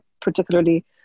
particularly